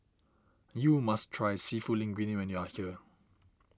you must try Seafood Linguine when you are here